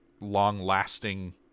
long-lasting